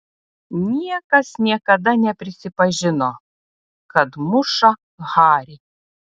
niekas niekada neprisipažino kad muša harį